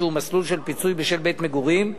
שהוא מסלול של פיצוי בשל בית-מגורים,